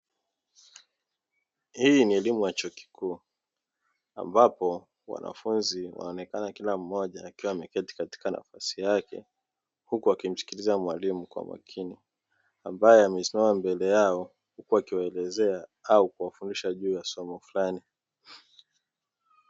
Hii ni elimu ya chuo kikuu ambapo wanafunzi wanaonekana kila mmoja akiwa ameketi katika nafasi yake. Huku wakimsikiliza mwalimu kwa makini ambaye amesimama mbele yao, huku akiwaelezea au kuwafundisha juu ya somo fulani.